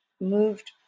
moved